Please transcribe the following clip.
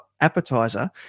appetizer